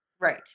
Right